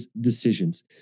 decisions